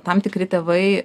tam tikri tėvai